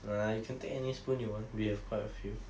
nah you can take any spoon you want we have quite a few